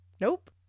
Nope